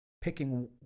picking